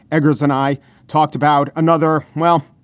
eggrolls. and i talked about another well,